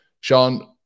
sean